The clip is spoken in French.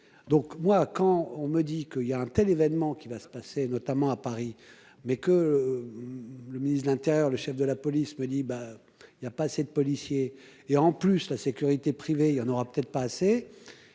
Donc moi quand on me dit que il y a un tel événement qui va se passer notamment à Paris mais que. Le ministre de l'Intérieur, le chef de la police me dit bah il y a pas assez de policiers. Et en plus la sécurité privée, il y en aura peut-être pas assez.